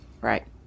right